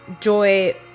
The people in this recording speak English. Joy